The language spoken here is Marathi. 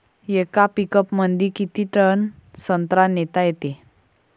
येका पिकअपमंदी किती टन संत्रा नेता येते?